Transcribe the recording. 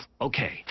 Okay